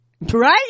right